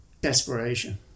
Desperation